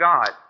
God